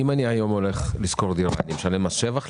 אם היום אני שוכר דירה אני צריך לשלם מס שבח?